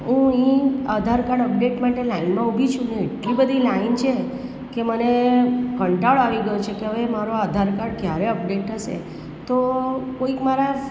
તો હું એ આધાર કાર્ડ અપડેટ માટે લાઈનમાં ઉભી છું ને એટલી બધી લાઈન છે ને કે મને કંટાળો આવી ગયો છે કે હવે મારો આધાર કાર્ડ ક્યારે અપડેટ થશે તો કોઈક મારા